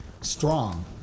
strong